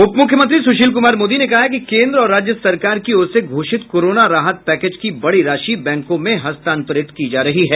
उपमुख्यमंत्री सुशील कुमार मोदी ने कहा है कि केन्द्र और राज्य सरकार की ओर से घोषित कोरोना राहत पैकेज की बड़ी राशि बैंकों में हस्तांतरित की जा रही है